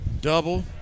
double